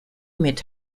mit